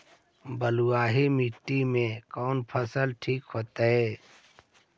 बलुआही मिट्टी में कौन फसल ठिक होतइ?